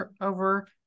over